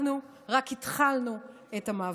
אנחנו רק התחלנו את המאבק.